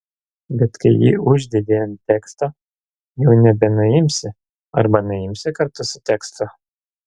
bet kai jį uždedi ant teksto jau nebenuimsi arba nuimsi kartu su tekstu